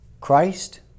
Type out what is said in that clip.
Christ